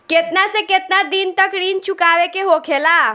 केतना से केतना दिन तक ऋण चुकावे के होखेला?